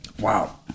Wow